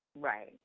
Right